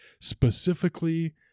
specifically